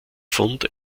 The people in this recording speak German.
fund